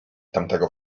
tamtego